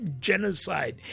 genocide